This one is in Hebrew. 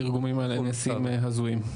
התרגומים האלה נעשים הזויים.